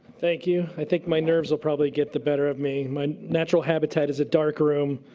thank you. i think my nerves will probably get the better of me. my natural habitat is a dark room.